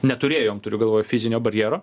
neturėjom turiu galvoj fizinio barjero